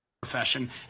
...profession